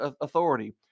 authority